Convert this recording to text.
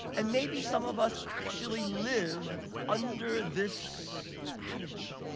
and maybe some of us actually live under this adage.